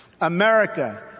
America